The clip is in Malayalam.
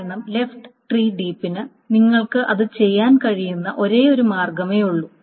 കാരണം ലെഫ്റ്റ് ട്രീ ഡീപ്പിന് നിങ്ങൾക്ക് അത് ചെയ്യാൻ കഴിയുന്ന ഒരേയൊരു മാർഗ്ഗമേയുള്ളൂ